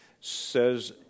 says